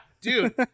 Dude